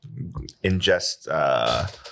ingest